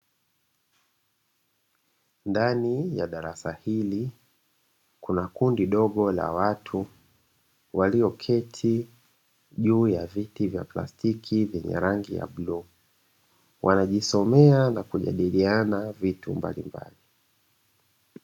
Ndani ya darasa hili kuna kundi dogo la watu walioketi juu ya viti vya plastiki vyenye rangi ya bluu, wanajisomea na kujadiliana vitu mbalimbali.